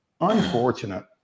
unfortunate